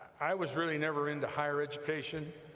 i was really never into higher education,